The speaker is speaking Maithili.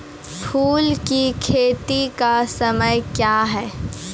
फुल की खेती का समय क्या हैं?